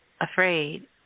afraid